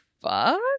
fuck